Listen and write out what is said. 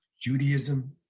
Judaism